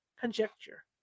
Conjecture